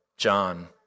John